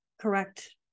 Correct